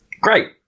Great